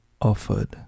offered